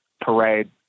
parade